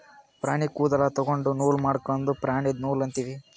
ಪ್ರಾಣಿ ಕೂದಲ ತೊಗೊಂಡು ನೂಲ್ ಮಾಡದ್ಕ್ ಪ್ರಾಣಿದು ನೂಲ್ ಅಂತೀವಿ